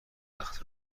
بدبخت